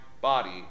body